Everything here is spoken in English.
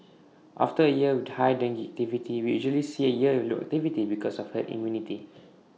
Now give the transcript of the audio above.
after A year with high dengue activity we usually see A year with low activity because of herd immunity